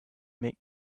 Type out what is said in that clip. make